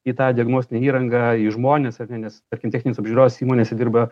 į tą diagnostinę įrangą į žmones ar ne nes tarkim techninės apžiūros įmonėse dirba